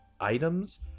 items